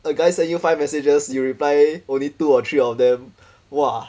the guy send you five messages you reply only two or three of them !wah!